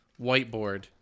whiteboard